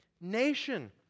nation